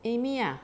amy ah